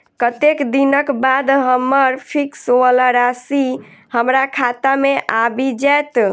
कत्तेक दिनक बाद हम्मर फिक्स वला राशि हमरा खाता मे आबि जैत?